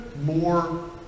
more